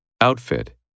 Outfit